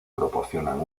proporcionan